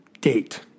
date